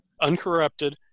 Uncorrupted